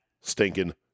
stinking